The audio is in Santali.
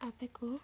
ᱟᱯᱮ ᱠᱚ